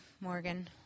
Morgan